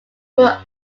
were